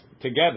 together